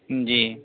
जी